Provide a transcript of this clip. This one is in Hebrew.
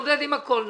נתמודד עם הכול.